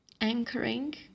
anchoring